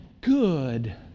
good